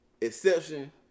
exception